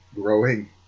growing